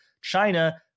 China